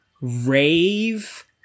Rave